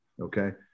Okay